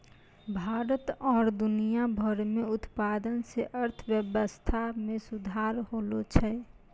भारत आरु दुनिया भर मे उत्पादन से अर्थव्यबस्था मे सुधार होलो छै